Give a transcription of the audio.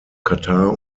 katar